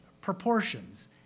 proportions